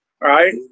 Right